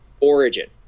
origin